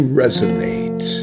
resonate